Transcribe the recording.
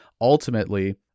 ultimately